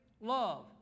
Love